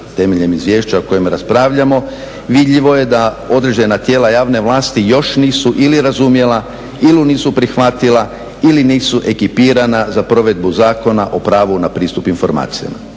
Temeljem izvješća o kojem raspravljamo vidljivo je da određena tijela javne vlasti još nisu ili razumjela ili nisu prihvatila ili nisu ekipirana za provedbu Zakona o pravu na pristup informacijama.